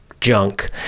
junk